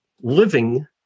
Living